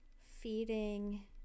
feeding